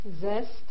zest